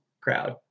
crowd